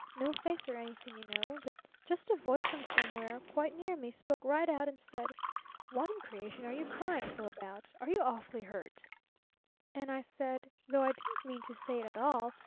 no face or anything, you know, but just a voice from somewhere quite near me, spoke right out and said what in creation are you crying so about? are you awfully hurt and i said though i didn't mean to say it at all,